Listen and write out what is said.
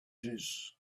his